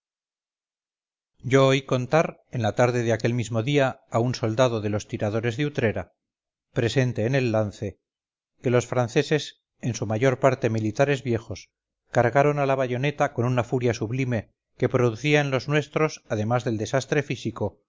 yo oí contar en la tarde de aquel mismo día a un soldado de los tiradores deutrera presente en aquel lance que los franceses en su mayor parte militares viejos cargaron a la bayoneta con una furia sublime que producía en los nuestros además del desastre físico